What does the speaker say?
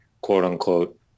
quote-unquote